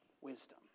wisdom